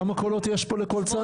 כמה קולות יש לכל צד?